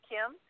Kim